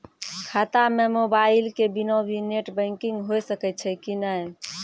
खाता म मोबाइल के बिना भी नेट बैंकिग होय सकैय छै कि नै?